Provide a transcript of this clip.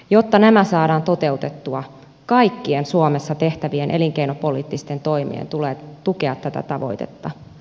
jotta nämä saadaan toteutettua kaikkien suomessa tehtävien elinkeinopoliittisten toimien tulee tukea tätä tavoitetta